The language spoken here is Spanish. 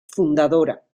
fundadora